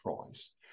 Christ